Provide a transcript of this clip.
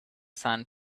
sand